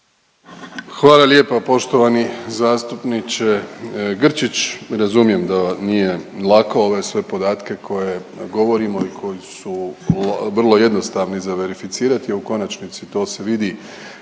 Hvala lijepa poštovani zastupniče Grčić, razumijem da nije lako ove sve podatke koje govorimo i koji su vrlo jednostavni za verificirati, a u konačnici to se vidi